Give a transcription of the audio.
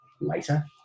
later